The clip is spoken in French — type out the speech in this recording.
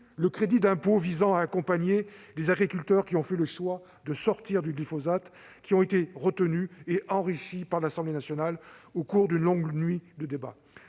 du crédit d'impôt visant à accompagner les agriculteurs qui ont fait le choix de sortir du glyphosate. Ces mesures ont été retenues et enrichies par l'Assemblée nationale au cours d'une longue nuit de débat.